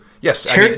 Yes